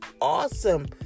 awesome